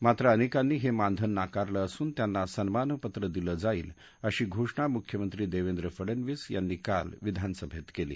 मात्र अनेकांनी हे मानधन नाकारले असून त्यांना सन्मानपत्र दिलं जाईल अशी घोषणा मुख्यमंत्री देवेंद्र फडनवीस यांनी काल विधानसभेत केली